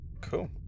Cool